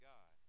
God